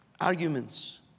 arguments